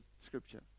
Scripture